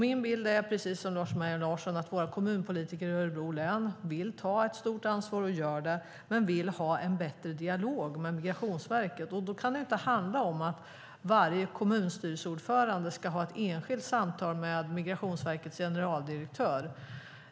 Min bild är, precis som Lars Mejern Larssons, att våra kommunpolitiker i Örebro län vill ta ett stort ansvar och gör det, men vill ha en bättre dialog med Migrationsverket. Då kan det inte handla om att varje kommunstyrelseordförande ska ha ett enskilt samtal med Migrationsverkets generaldirektör.